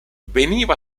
veniva